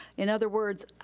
in other words,